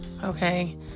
Okay